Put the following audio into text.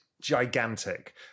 gigantic